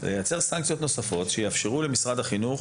אלא לייצר סנקציות נוספות שיאפשרו למשרד החינוך